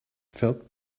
felt